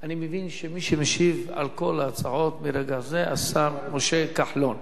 אני מבין שמי שמשיב על כל ההצעות ברגע זה הוא השר משה כחלון.